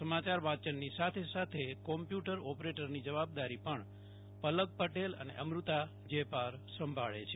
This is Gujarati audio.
સમાચાર વાંચનની સાથે કોમ્પ્યુટર ઓપરેટરની જવાબદારી પણ પલક પટેલ અને અમૃતા જેપાર સંભાળે છે